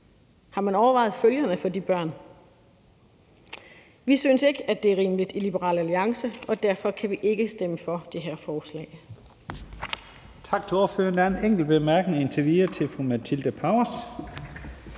Har man overvejet følgerne for de børn? Vi synes ikke, det er rimeligt i Liberal Alliance, og derfor kan vi ikke stemme for det her forslag.